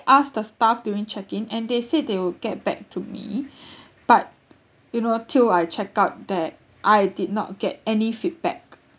asked the staff during check in and they said they would get back to me but you know till I checked out that I did not get any feedback